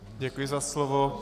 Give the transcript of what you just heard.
Děkuji za slovo.